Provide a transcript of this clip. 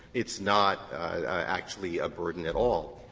it's not actually a burden at all.